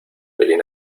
feliz